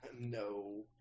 No